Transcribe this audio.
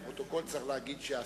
מפני שמי שבודק את ציר הרשע,